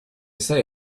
say